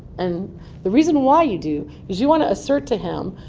and the reason why you do is you want to assert to him,